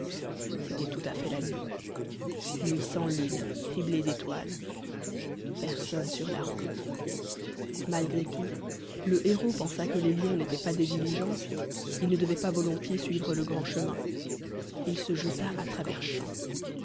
c'était tout à fait la nuit nuit sans lune criblée d'étoiles personne sur la route malgré tout le héros pensa que les lions n'étaient pas des diligences et ne devaient pas volontiers suivre le grand chemin il se jeta à travers champs